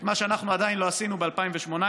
את מה שאנחנו עדיין לא עשינו ב-2018,